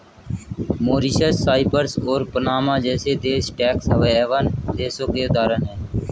Mauritius, Cyprus और Panama जैसे देश टैक्स हैवन देशों के उदाहरण है